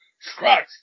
Scratch